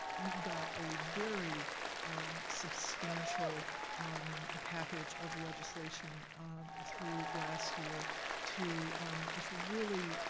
got a very substantial package of legislation through last year to to really